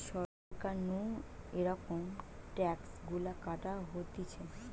সরকার নু এরম ট্যাক্স গুলা কাটা হতিছে